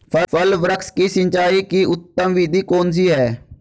फल वृक्ष की सिंचाई की उत्तम विधि कौन सी है?